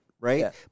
right